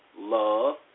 Love